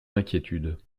inquiétudes